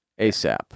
ASAP